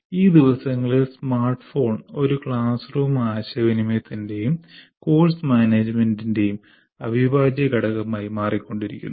ഈ ദിവസങ്ങളിൽ സ്മാർട്ട്ഫോൺ ഒരു ക്ലാസ് റൂം ആശയവിനിമയത്തിന്റെയും കോഴ്സ് മാനേജുമെന്റിന്റെയും അവിഭാജ്യ ഘടകമായി മാറികൊണ്ടിരിക്കുന്നു